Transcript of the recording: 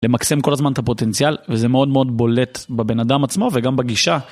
למקסם כל הזמן את הפוטנציאל וזה מאוד מאוד בולט בבן אדם עצמו וגם בגישה.